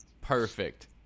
Perfect